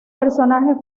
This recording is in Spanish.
personajes